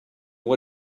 why